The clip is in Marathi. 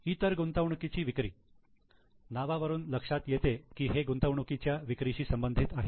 इतर गुंतवणुकीची विक्री नावावरून लक्षात येते की हे गुंतवणुकीच्या विक्रीशी संबंधित आहे